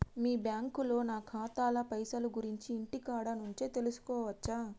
మీ బ్యాంకులో నా ఖాతాల పైసల గురించి ఇంటికాడ నుంచే తెలుసుకోవచ్చా?